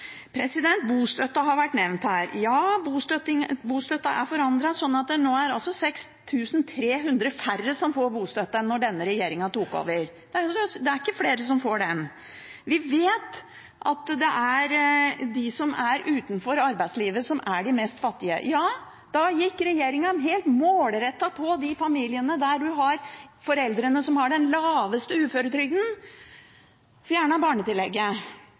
har vært nevnt her. Ja, bostøtten er forandret, sånn at det nå er 6 300 færre som får bostøtte enn da denne regjeringen tok over. Det er ikke flere som får den. Vi vet at det gjelder de som er utenfor arbeidslivet, som er de fattigste, og da gikk regjeringen helt målrettet og fjernet barnetillegget for de familiene med foreldre som har den laveste uføretrygden.